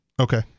Okay